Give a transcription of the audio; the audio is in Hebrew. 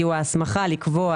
כי הוא ההסמכה לקבוע